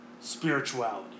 spirituality